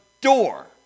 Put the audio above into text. door